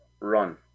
run